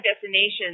destinations